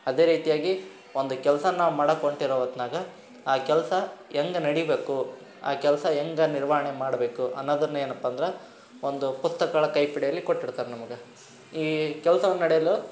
ಅದೇ ರೀತಿಯಾಗಿ ಒಂದು ಕೆಲಸ ನಾವು ಮಾಡೋಕೆ ಹೊಂಟಿರೊ ಹೊತ್ನಾಗ ಆ ಕೆಲಸ ಹೇಗ್ ನಡೀಬೇಕು ಆ ಕೆಲಸ ಹೆಂಗ ನಿರ್ವಹಣೆ ಮಾಡಬೇಕು ಅನ್ನೋದನ್ನೇನಪ್ಪ ಅಂದ್ರೆ ಒಂದು ಪುಸ್ತಕಗಳ ಕೈಪಿಡಿಯಲ್ಲಿ ಕೊಟ್ಟಿರ್ತಾರೆ ನಮ್ಗೆ ಈ ಕೆಲ್ಸವನ್ನು ನಡೆಯಲು